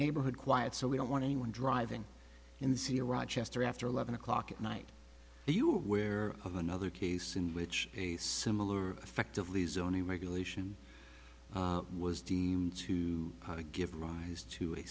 neighborhood quiet so we don't want anyone driving in the city or rochester after eleven o'clock at night are you aware of another case in which a similar effectively zoning make elation was deemed to give rise to a